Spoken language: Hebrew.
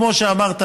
כמו שאמרת,